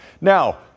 Now